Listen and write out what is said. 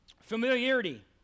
Familiarity